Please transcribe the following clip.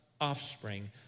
offspring